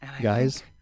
guys